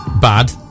bad